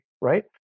right